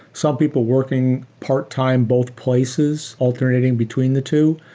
some people working part time both places alternating between the two.